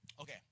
Okay